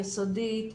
יסודית,